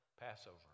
Passover